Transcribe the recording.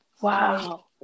Wow